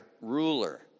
ruler